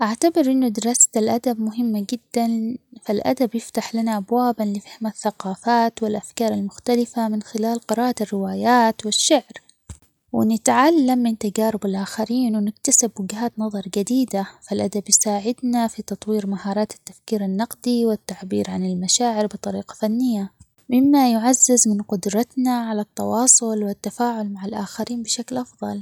أعتبر إنو دراسة الأدب مهمة جداً، فالأدب يفتح لنا أبواباً لفهم الثقافات والأفكار المختلفة من خلال قراءة الروايات والشعر، ونتعلم من تجارب الآخرين ونكتسب وجهات نظر جديدة، فالأدب يساعدنا في تطوير مهارات التفكير النقدي والتعبير عن المشاعر بطريقة فنية؛ مما يعزز من قدرتنا على التواصل والتفاعل مع الآخرين بشكل أفضل.